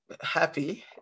happy